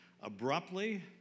abruptly